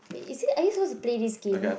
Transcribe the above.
wait is it are we supposed to play this game